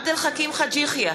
עבד אל חכים חאג' יחיא,